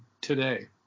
today